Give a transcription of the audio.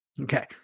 Okay